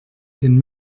den